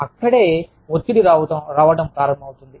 అక్కడే ఒత్తిడి రావడం ప్రారంభమవుతుంది